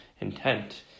intent